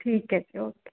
ਠੀਕ ਹੈ ਜੀ ਓਕੇ